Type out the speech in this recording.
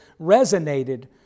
resonated